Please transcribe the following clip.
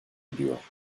ediyor